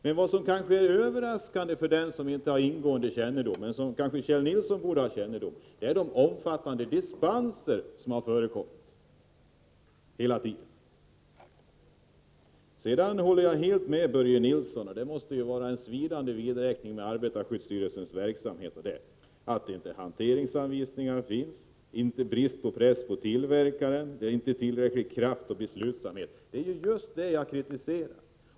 Men vad som kanske är överraskande för den som inte har ingående kännedom om saken, vilket Kjell Nilsson borde ha, är de omfattande dispenser som hela tiden förekommit. Sedan håller jag helt med Börje Nilsson beträffande arbetarskyddsstyrelsen. Det måste vara en svidande vidräkning med arbetarskyddsstyrelsens verksamhet. Det finns inte hanteringsanvisningar, inte tillräcklig press på tillverkaren, inte tillräcklig kraft och beslutsamhet. Det är just detta som jag har kritiserat.